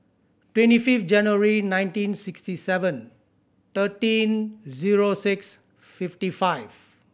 twenty five January nineteen sixty seven thirteen zero six fifty five